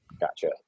Gotcha